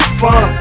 fun